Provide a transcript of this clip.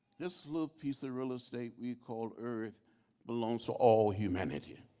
this little piece of real estate we call earth belongs to all humanity.